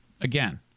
Again